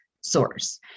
source